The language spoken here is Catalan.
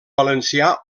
valencià